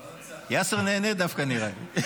יאסר נהנה דווקא, נראה לי.